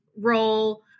role